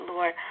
Lord